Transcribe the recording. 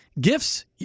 gifts